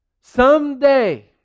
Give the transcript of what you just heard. someday